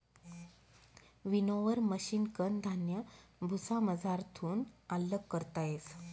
winnower मशिनकन धान्य भुसामझारथून आल्लग करता येस